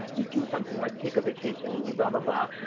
you do something like take a vacation, and you but blah,